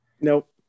Nope